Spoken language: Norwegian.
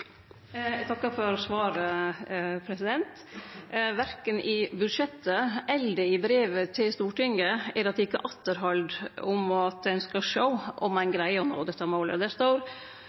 Eg takkar for svaret. Verken i budsjettet eller i brevet til Stortinget er det teke atterhald om at ein skal sjå om ein greier å nå dette målet. Det står